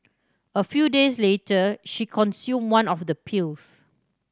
a few days later she consumed one of the pills